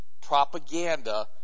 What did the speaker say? propaganda